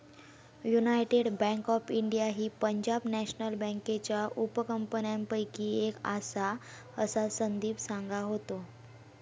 United bank of India ही Punjab National बँकेच्या उपकंपन्यांपैकी एक आसा, असा संदीप सांगा होतो